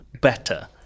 better